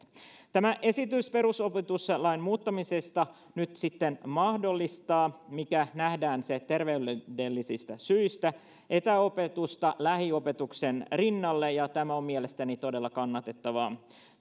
tämä esitys perusopetuslain muuttamisesta nyt sitten mahdollistaa mikäli nähdään se terveydellisistä syistä etäopetusta lähiopetuksen rinnalle ja tämä on mielestäni todella kannatettavaa